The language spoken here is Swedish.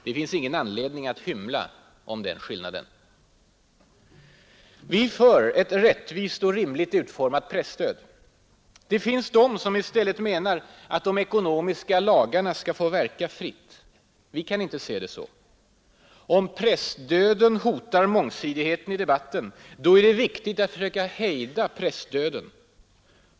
Det finns ingen anledning att hymla om den skillnaden. Vi är för ett rättvist och rimligt utformat presstöd. Det finns de som i stället menar att de ekonomiska lagarna skall få verka fritt. Vi kan inte se det så. Om pressdöden hotar mångsidigheten i debatten är det viktigt att stödjande ändamål söka hejda pressdöden.